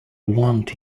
want